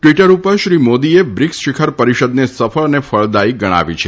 Twitter ઉપર શ્રી મોદીએ BRICS શિખર પરીષદને સફળ અને ફળદાયી ગણાવી છે